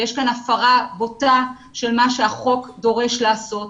ויש כאן הפרה בוטה של מה שהחוק דורש לעשות.